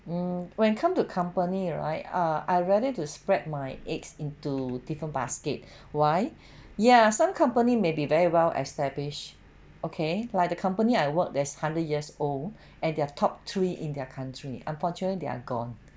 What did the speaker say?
mm when come to company right ah I rather to spread my eggs into different basket why ya some company may be very well establish okay like the company I worked that's hundred years old and they are top three in their country unfortunately they're gone